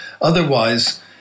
Otherwise